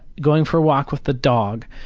going for a walk with the dog.